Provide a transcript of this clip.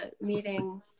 meeting